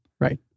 Right